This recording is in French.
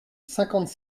cinquante